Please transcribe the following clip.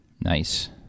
Nice